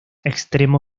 extremo